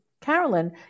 Carolyn